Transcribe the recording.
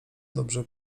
dobrze